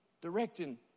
directing